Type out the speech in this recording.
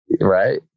Right